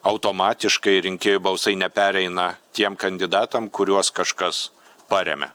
automatiškai rinkėjų balsai nepereina tiem kandidatam kuriuos kažkas paremia